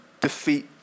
defeat